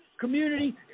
community